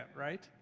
right